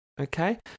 Okay